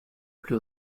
plus